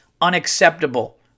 Unacceptable